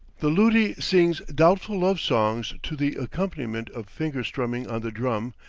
the luti sings doubtful love songs to the accompaniment of finger-strumming on the drum,